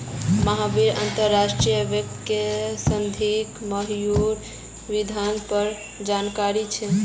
महावीरक अंतर्राष्ट्रीय वित्त से संबंधित महत्वपूर्ण बिन्दुर पर जानकारी छे